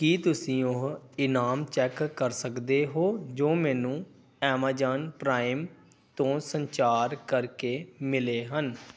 ਕੀ ਤੁਸੀਂਂ ਉਹ ਇਨਾਮ ਚੈੱਕ ਕਰ ਸਕਦੇ ਹੋ ਜੋ ਮੈਨੂੰ ਐਮਾਜਾਨ ਪ੍ਰਾਈਮ ਤੋਂ ਸੰਚਾਰ ਕਰ ਕੇ ਮਿਲੇ ਹਨ